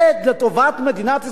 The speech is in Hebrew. זה לטובת מדינת ישראל?